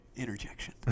interjection